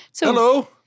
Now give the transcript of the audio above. Hello